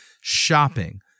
shopping